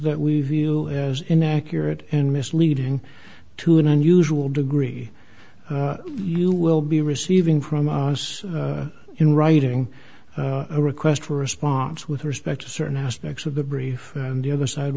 that we view as inaccurate and misleading to an unusual degree you will be receiving from us in writing a request for response with respect to certain aspects of the brief and the other side